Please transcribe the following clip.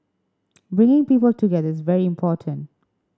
bringing people together is very important